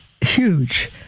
huge